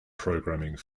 programming